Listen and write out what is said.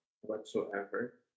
whatsoever